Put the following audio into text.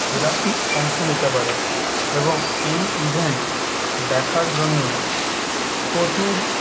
এরা অংশ নিতে পারে এবং এই ইভেন্ট দেখার জন্য প্রচুর